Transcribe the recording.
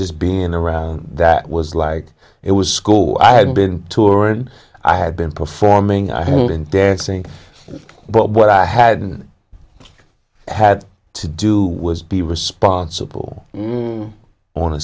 just being around that was like it was school i had been touring i had been performing i had and dancing but what i hadn't had to do was be responsible on a